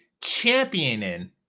championing